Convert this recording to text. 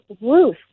Ruth